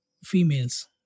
females